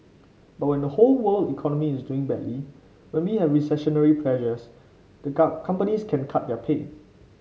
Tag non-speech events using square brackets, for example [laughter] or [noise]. but when the whole world economy is doing badly when we have recessionary pressures the [unintelligible] companies can cut their pay